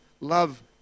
love